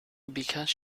because